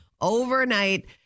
overnight